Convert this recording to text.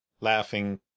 laughing